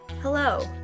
Hello